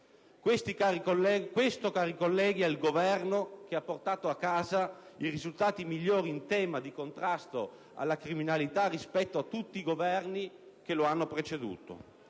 Questo, cari colleghi, è il Governo che ha portato a casa i risultati migliori in tema di contrasto alla criminalità rispetto a tutti i Governi che lo hanno preceduto.